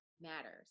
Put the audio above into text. matters